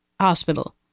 hospital